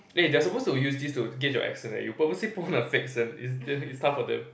they're supposed to use this to gauge your accent you purposely put on a fake accent it's it's tough for them